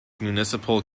municipal